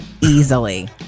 easily